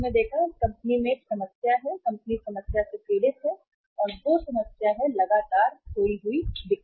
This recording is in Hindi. इस कंपनी में समस्या यह है कि यह कंपनी की समस्या से पीड़ित है लगातार खोई बिक्री